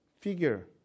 figure